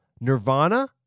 Nirvana